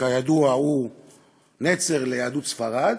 שכידוע הוא נצר ליהדות ספרד,